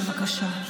בבקשה.